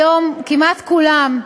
היום כמעט כולם,